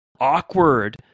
awkward